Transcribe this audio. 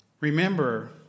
Remember